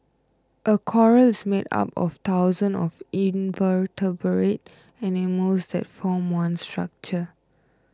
a coral is made up of thousands of invertebrate animals that form one structure